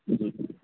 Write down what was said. ਜੀ